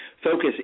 focus